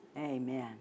amen